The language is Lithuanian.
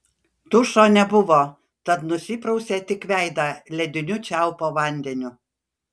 dušo nebuvo tad nusiprausė tik veidą lediniu čiaupo vandeniu